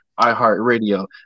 iHeartRadio